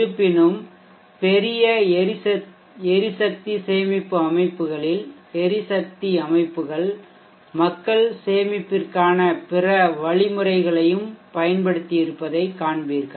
இருப்பினும் பெரிய எரிசக்தி சேமிப்பு அமைப்புகளில் எரிசக்தி அமைப்புகள் மக்கள் சேமிப்பிற்கான பிற வழிமுறைகளையும் பயன்படுத்தியிருப்பதைக் காண்பீர்கள்